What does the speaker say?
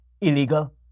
Illegal